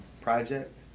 project